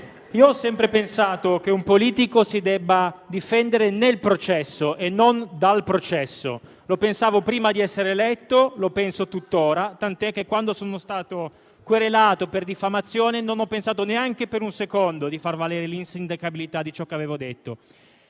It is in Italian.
ho sempre pensato che un politico si debba difendere nel processo e non dal processo. Lo pensavo prima di essere eletto e lo penso tuttora, tant'è che, quando sono stato querelato per diffamazione, non ho pensato neanche per un secondo di far valere l'insindacabilità di ciò che avevo detto.